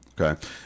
okay